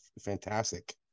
fantastic